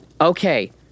Okay